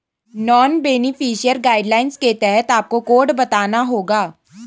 non beneficiary guidelines के तहत आपको कोड बताना होगा